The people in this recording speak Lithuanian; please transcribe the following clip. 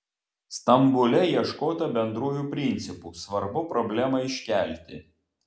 stambule ieškota bendrųjų principų svarbu problemą iškelti